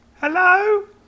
Hello